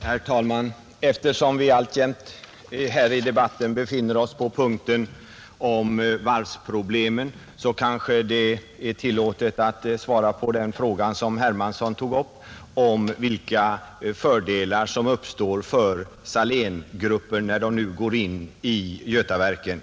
Herr talman! Eftersom debatten alltjämt gäller det betänkande som rör varvsproblemen kanske det är tillåtet att svara på den fråga som herr Hermansson i Stockholm tog upp, nämligen vilka fördelar som uppstår för Saléngruppen när den nu går in i Götaverken.